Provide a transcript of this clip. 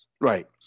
Right